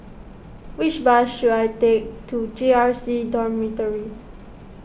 which bus should I take to J R C Dormitory